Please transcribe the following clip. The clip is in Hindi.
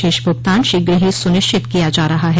शेष भुगतान शीघ्र ही सुनिश्चित किया जा रहा है